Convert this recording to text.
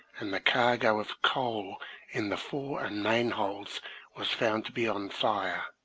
and the cargo of coal in the fore and main holds was found to be on fire.